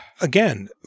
again